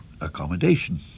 accommodation